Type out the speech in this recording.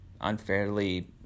unfairly